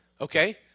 Okay